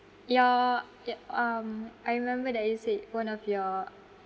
your ya um I remember that you said one of your